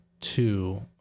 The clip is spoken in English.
two